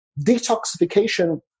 detoxification